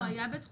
היה: בתחומה.